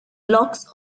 blocks